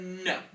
No